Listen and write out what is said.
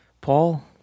Paul